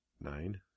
Nine